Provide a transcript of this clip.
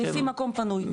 לפי מקום פנוי,